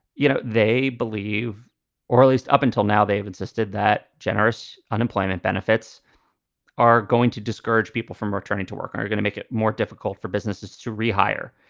you know, they believe or at least up until now, they've insisted that generous unemployment benefits are going to discourage people from returning to work are going to make it more difficult for businesses to rehire,